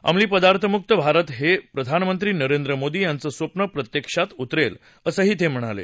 अंमली पदार्थमुक्त भारत हे प्रधानमंत्री नरेंद्र मोदी यांचं स्वप्न प्रत्यक्षात उतरेल असंही ते म्हणाले